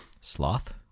Sloth